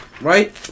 right